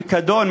פיקדון,